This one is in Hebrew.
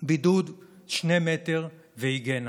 בידוד, שני מטר והיגיינה.